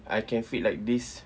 I can fit like this